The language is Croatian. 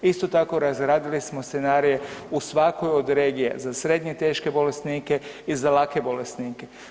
Isto tako razradili smo scenarije u svakoj od regija za srednje teške bolesnike i za lake bolesnike.